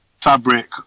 fabric